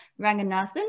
Ranganathan